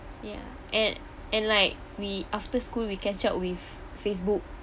ya and and like we after school we catch up with facebook